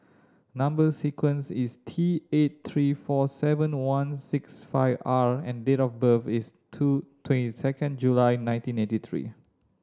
number sequence is T eight three four seven one six five R and date of birth is two twenty second July nineteen eighty three